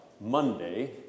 Monday